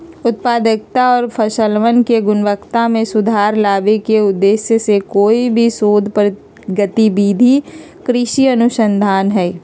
उत्पादकता और फसलवन के गुणवत्ता में सुधार लावे के उद्देश्य से कोई भी शोध गतिविधि कृषि अनुसंधान हई